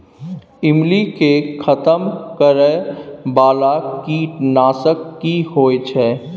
ईमली के खतम करैय बाला कीट नासक की होय छै?